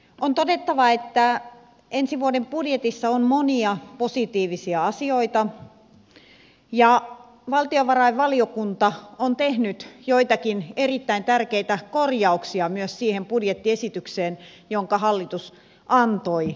on todettava että ensi vuoden budjetissa on monia positiivisia asioita ja valtiovarainvaliokunta on tehnyt joitakin erittäin tärkeitä korjauksia myös siihen budjettiesitykseen jonka hallitus antoi eduskunnalle